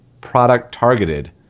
product-targeted